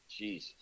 jeez